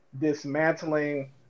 dismantling